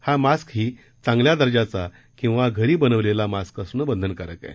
हा मास्क देखील चांगल्या दर्जाचा किंवा घरी बनविलेला मास्क असणे बंधनकारक आहे